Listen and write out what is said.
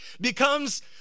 becomes